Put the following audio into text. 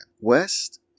West